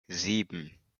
sieben